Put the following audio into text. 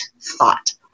thought